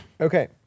okay